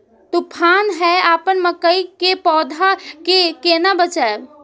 तुफान है अपन मकई के पौधा के केना बचायब?